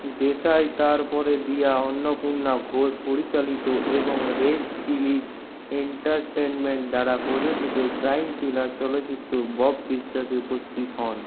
দেশাই তারপরে দিয়া অন্নপূর্ণা ঘোষ পরিচালিত এবং রেড চিলিজ এন্টারটেইনমেন্ট দ্বারা প্রযোজিত ক্রাইম থ্রিলার চলচ্চিত্র বব বিশ্বাসে উপস্থিত হন